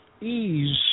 ease